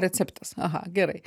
receptas aha gerai